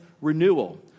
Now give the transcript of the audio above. renewal